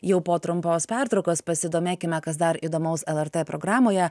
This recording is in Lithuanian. jau po trumpos pertraukos pasidomėkime kas dar įdomaus lrt programoje